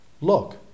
look